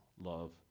love